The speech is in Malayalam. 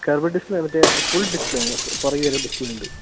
കെർവ് ഡിസ്പ്ലെ മറ്റെ ഫുൾ ഡിസ്പ്ലെ പുറകിലൊരു ഡിസ്പ്ലെ ഉണ്ട്